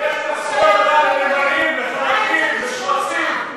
איך אתה מעז לדבר, אתם, מכבסת מילים.